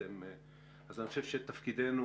אני חושב שתפקידנו,